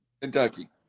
Kentucky